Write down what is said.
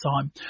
time